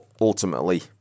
ultimately